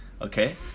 okay